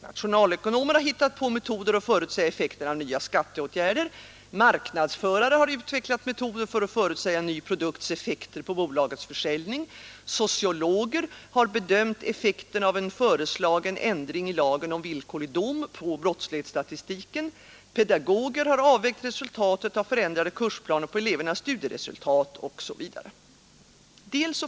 Nationalekonomer har funnit på metoder att förutsäga effekten av nya skatteåt gärder, marknadsförare har utvecklat metoder för att förutsäga en ny produkts effekter på bolagets försäljning, sociologer har bedömt kursplaner på elevernas studieresultat, etc.